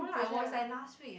no lah it was like last week ah